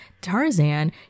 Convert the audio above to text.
Tarzan